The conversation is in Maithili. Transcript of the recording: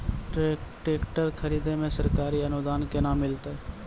टेकटर खरीदै मे सरकारी अनुदान केना मिलतै?